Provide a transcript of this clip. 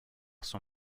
son